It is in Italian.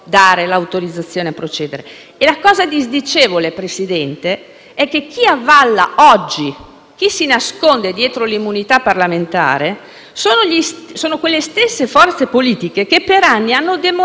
chi si nasconde dietro l'immunità parlamentare sono le stesse forze politiche che per anni hanno demonizzato l'immunità parlamentare, ne hanno teorizzato addirittura l'eliminazione